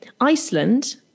Iceland